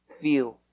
feel